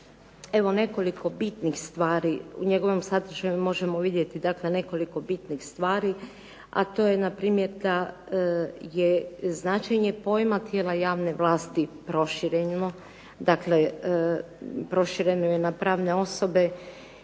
evo nekoliko bitnih stvari. U njegovom sadržaju možemo vidjeti dakle nekoliko bitnih stvari, a to je npr. da je značenje pojma tijela javne vlasti prošireno. Dakle, prošireno je na pravne osobe